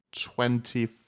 twenty